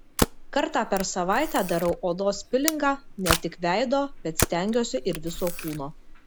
kartą per savaitę darau odos pilingą ne tik veido bet stengiuosi ir viso kūno